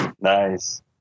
Nice